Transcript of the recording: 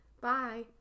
Bye